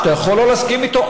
שאתה יכול לא להסכים איתו,